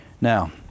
now